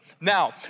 Now